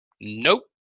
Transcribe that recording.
nope